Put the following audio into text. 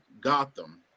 Gotham